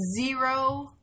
Zero